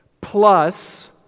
plus